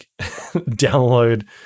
download